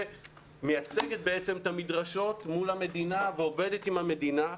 שמייצגת בעצם את המדרשות מול המדינה ועובדת עם המדינה.